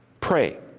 Pray